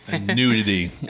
Nudity